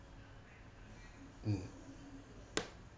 mm